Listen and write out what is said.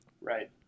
Right